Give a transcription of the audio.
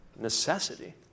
necessity